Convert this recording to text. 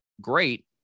great